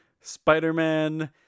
Spider-Man